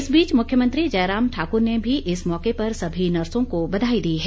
इस बीच मुख्यमंत्री जयराम ठाकुर ने भी इस मौके पर सभी नर्सों को बधाई दी है